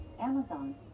Amazon